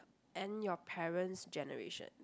and your parent's generation